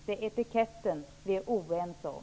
Det är etiketten som vi är oense om.